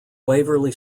waverley